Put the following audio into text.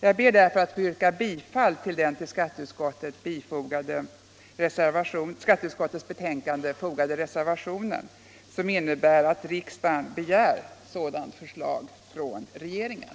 Jag ber därför att få yrka bifall till den till skatteutskottets betänkande fogade reservationen, som innebär att riksdagen begär ett sådant förslag från regeringen.